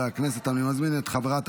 אושרה בקריאה הטרומית ותעבור לדיון בוועדת